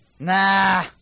Nah